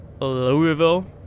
Louisville